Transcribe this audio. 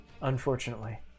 unfortunately